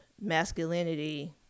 masculinity